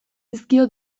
dizkio